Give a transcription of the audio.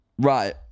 right